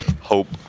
hope